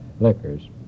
liquors